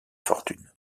fortune